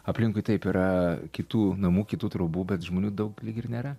aplinkui taip yra kitų namų kitų trobų bet žmonių daug lyg ir nėra